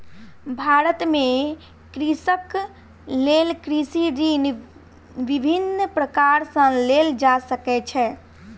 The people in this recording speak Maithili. भारत में कृषकक लेल कृषि ऋण विभिन्न प्रकार सॅ लेल जा सकै छै